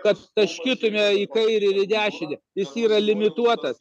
kad taškytume į kairę ir į dešinę jis yra limituotas